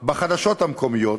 בחדשות המקומיות